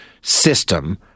system